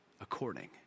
according